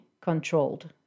Controlled